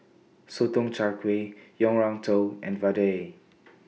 Sotong Char Kway Yang Rou Tang and Vadai